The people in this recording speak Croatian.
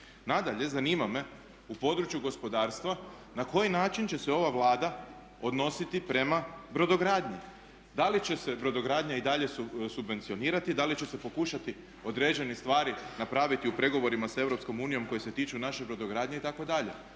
Nadalje zanima me u području gospodarstva na koji način će se ova Vlada odnositi prema brodogradnji. Da li će se brodogradnja i dalje subvencionirati, da li će se pokušati određene stvari napraviti u pregovorima sa Europskom unijom koje se tiču naše brodogradnje i